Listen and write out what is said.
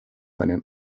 einen